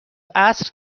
عصر